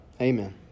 Amen